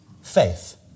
faith